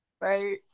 right